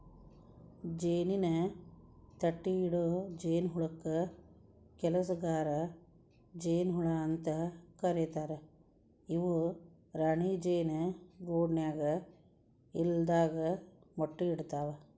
ಜೇನಿನ ತಟ್ಟಿಇಡೊ ಜೇನಹುಳಕ್ಕ ಕೆಲಸಗಾರ ಜೇನ ಹುಳ ಅಂತ ಕರೇತಾರ ಇವು ರಾಣಿ ಜೇನು ಗೂಡಿನ್ಯಾಗ ಇಲ್ಲದಾಗ ಮೊಟ್ಟಿ ಇಡ್ತವಾ